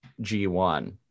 G1